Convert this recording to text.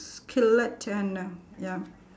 skillet turner ya